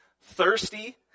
thirsty